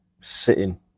sitting